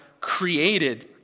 created